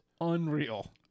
Unreal